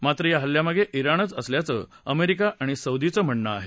मात्र या हल्ल्यामागे ्ञाणच असल्याचं अमेरिका आणि सौदीचं म्हणणं आहे